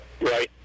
right